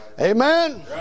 Amen